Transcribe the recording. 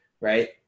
right